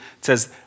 says